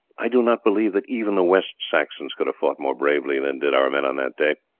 i do not believe that even the west saxons could have fought more bravely than did our men on that day